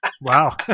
Wow